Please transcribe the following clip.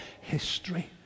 history